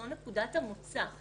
זאת נקודת המוצא.